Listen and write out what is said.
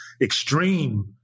extreme